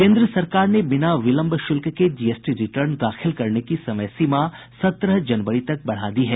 केन्द्र सरकार ने बिना विलंब शुल्क के जीएसटी रिटर्न दाखिल करने की समय सीमा सत्रह जनवरी तक बढ़ा दी है